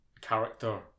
character